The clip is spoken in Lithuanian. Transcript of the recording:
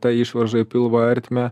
ta išvarža į pilvo ertmę